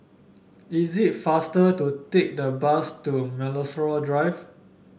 is it faster to take the bus to Melrose Drive